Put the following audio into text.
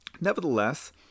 Nevertheless